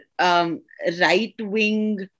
Right-wing